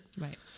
Right